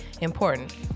important